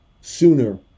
sooner